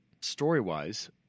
story-wise